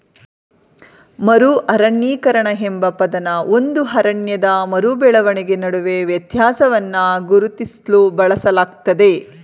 ಮರು ಅರಣ್ಯೀಕರಣ ಎಂಬ ಪದನ ಒಂದು ಅರಣ್ಯದ ಮರು ಬೆಳವಣಿಗೆ ನಡುವೆ ವ್ಯತ್ಯಾಸವನ್ನ ಗುರುತಿಸ್ಲು ಬಳಸಲಾಗ್ತದೆ